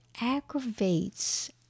aggravates